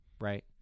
Right